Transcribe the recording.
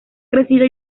crecido